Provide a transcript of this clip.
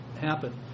happen